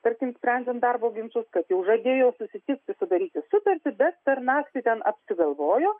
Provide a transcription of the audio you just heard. tarkim sprendžiant darbo ginčus kad jau žadėjo susitikti sudaryti sutartį bet per naktį ten apsigalvojo